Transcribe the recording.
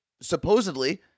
supposedly